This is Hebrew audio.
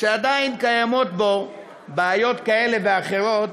שעדיין קיימות בו בעיות כאלה ואחרות,